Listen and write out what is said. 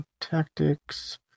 Tactics